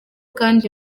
kandi